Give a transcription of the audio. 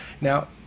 Now